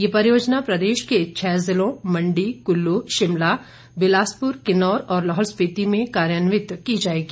ये परियोजना प्रदेश के छः जिलों मंडी कुल्लू शिमला बिलासपुर किन्नौर और लाहौल स्पीति में कार्यान्वित की जाएगी